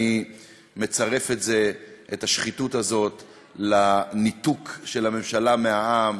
אני מצרף את השחיתות הזאת לניתוק של הממשלה מהעם,